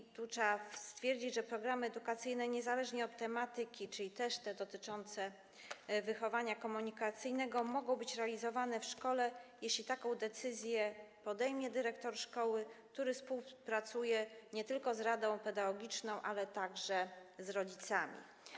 I tu trzeba stwierdzić, że programy edukacyjne niezależnie od tematyki, także dotyczące wychowania komunikacyjnego, mogą być realizowane w szkole, jeśli taką decyzję podejmie dyrektor szkoły, który współpracuje nie tylko z radą pedagogiczną, ale także z rodzicami.